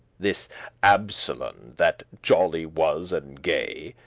this absolon, that jolly was and gay,